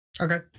Okay